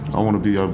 i want to be um